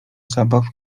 zabaw